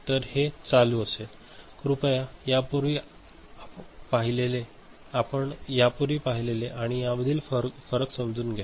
तर हे चालू असेल आणि कृपया आपण यापूर्वी पाहिलेले आणि यामधील फरक समजून घ्या